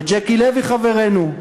וז'קי לוי חברנו,